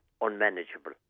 unmanageable